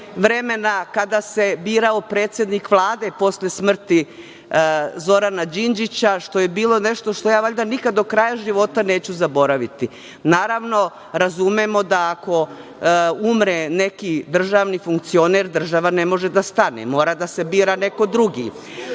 vremena kada se birao predsednik Vlade posle smrti Zorana Đinđića, što je bilo nešto što ja valjda nikada do kraja života neću zaboraviti. Naravno, razumemo da ako umre neki državni funkcioner država ne može da stane, mora da se bira neko drugi.